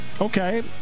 Okay